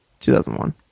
2001